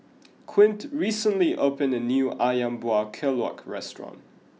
Quint recently opened a new Ayam Buah Keluak restaurant